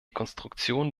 konstruktion